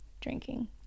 drinking